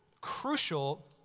crucial